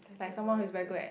like someone who's very good at